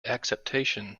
acceptation